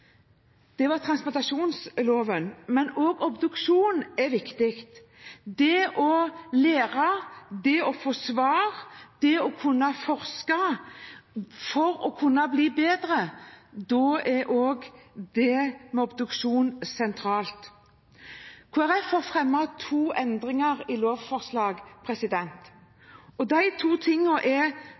var transplantasjonsloven, men også obduksjon er viktig. Når det gjelder det å lære, det å få svar og det å kunne forske for å bli bedre, er obduksjon sentralt. Kristelig Folkeparti fremmer to